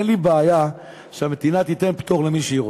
אין לי בעיה שהמדינה תיתן פטור למי שהיא רוצה,